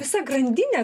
visa grandinė